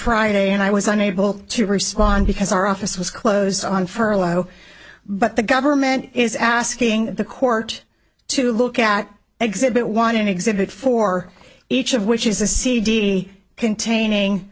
friday and i was unable to respond because our office was closed on furlough but the government is asking the court to look at exhibit one in exhibit for each of which is a cd containing